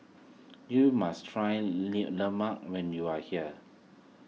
you must try Lemang when you are here